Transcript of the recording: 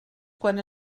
quan